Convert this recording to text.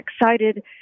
excited